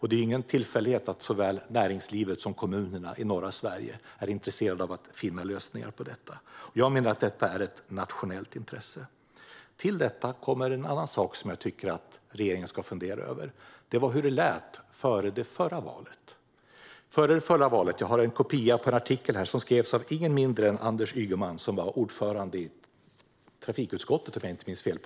Det är ingen tillfällighet att såväl näringslivet som kommunerna i norra Sverige är intresserade av att finna lösningar på detta. Jag menar att detta är ett nationellt intresse. Till detta kommer en annan sak som jag tycker att regeringen ska fundera över, nämligen hur det lät före det förra valet. Jag har här en kopia på en artikel som skrevs av ingen mindre än Anders Ygeman, som på den tiden var ordförande i trafikutskottet, om jag inte minns fel.